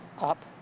up